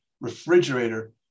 refrigerator